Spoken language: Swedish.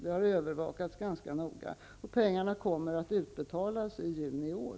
Det har övervakats ganska noga. Pengarna kommer att utbetalas i juni i år.